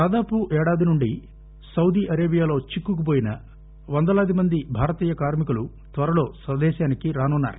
దాదాపు ఏడాది నుండి సౌదీ అరేబియా లో చిక్కుకుపోయిన వందలాది మంది భారతీయ కార్మికులు త్వరలో స్పదేశానికి రానున్నారు